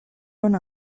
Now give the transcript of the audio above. run